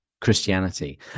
Christianity